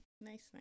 Nice